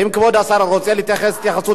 אם כבוד השר רוצה להתייחס התייחסות